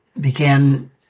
began